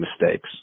mistakes